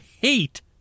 hate